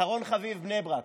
אחרון חביב, בני ברק,